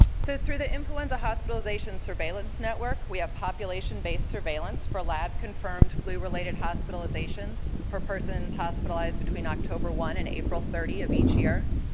so through the influenza hospitalization surveillance network we have population based surveillance for lab confirmed flu related hospitalizations for persons hospitalized between october one and april thirty of each year.